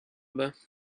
bas